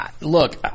look